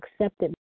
accepted